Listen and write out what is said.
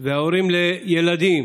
והורים לילדים